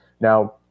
Now